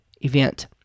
event